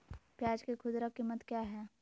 प्याज के खुदरा कीमत क्या है?